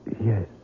Yes